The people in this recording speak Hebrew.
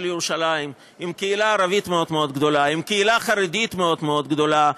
ירושלים עם קהילה ערבית מאוד מאוד גדולה,